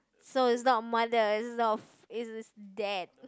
so it's not mother it's dad